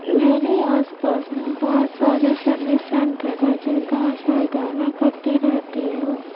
میرے آس پاس میں بہت سارے سروس سینٹر ہیں جن کا مشاہدہ میں کرتی رہتی ہوں